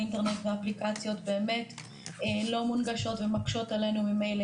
אינטרנט ואפליקציות באמת לא מונגשות ומקשות עלינו ממילא.